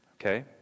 Okay